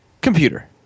Computer